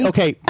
Okay